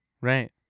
right